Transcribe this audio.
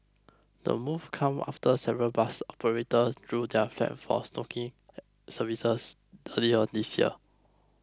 the move comes after several bus operators drew their flak for shoddy services earlier this year